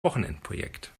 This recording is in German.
wochenendprojekt